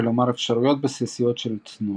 כלומר אפשרויות בסיסיות של תנועה.